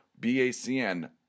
BACN